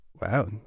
Wow